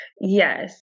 Yes